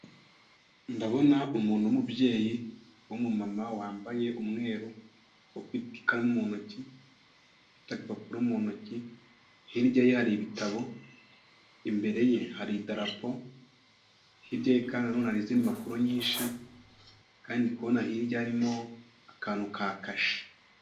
Ndabona umuntu w'umubyeyi w'umumama wambaye umweru, ufite ikaramu mu ntoki, ufite agapapuro mu ntoki, hirya ye har'ibitabo, imbere ye hari idarapo, hirya ye kandi har'izindi mpapuro nyinshi. Kandi ndi kubona hirya harimo akantu ka kashe.